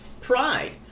pride